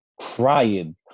Crying